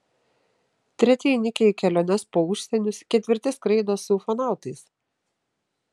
treti įnikę į keliones po užsienius ketvirti skraido su ufonautais